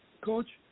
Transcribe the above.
Coach